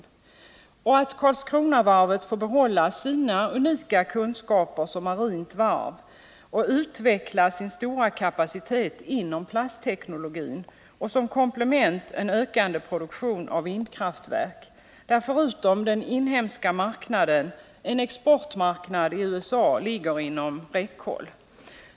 Likaså är det angeläget att Karlskronavarvet får behålla sina unika kunskaper som marint varv och utveckla sin stora kapacitet inom plastteknologin och som komplement en ökande produktion av vindkraftverk, där förutom den inhemska marknaden en exportmarknad i USA ligger inom räckhåll.